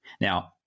Now